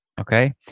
okay